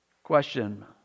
Question